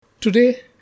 Today